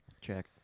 Check